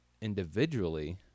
individually